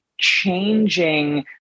changing